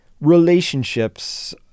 relationships